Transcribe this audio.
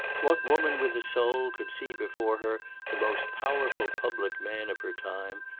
what woman with a soul could see before her the most powerful public man of her time,